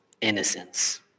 Innocence